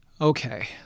okay